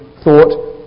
thought